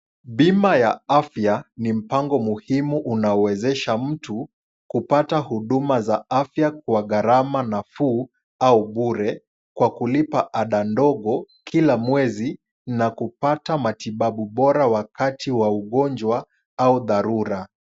Bima ya afya ni mpango muhumi, unaoezesha mtu kupata huduma za afya kwa gharama nafuu au bure, kwa kulipa ada ndogo kila mwezi na kupata matibabu bora wakati wa ugonjwa au dharura.